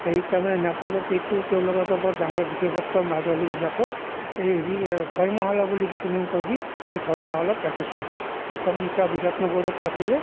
হেৰি তাৰমানে নেপালত এইটো তেওঁলোকৰ এটা বৰ ডাঙৰ বিশেষত্ব মাৰোৱাড়ীবিলাকৰ এই হেৰিৰ ধৰ্মশালা বুলি কিছুমান কয় কি সেই ধৰ্মশালাত ৰাখিছিল প্ৰথম নিশা বিৰাট নগৰত ৰাখিলে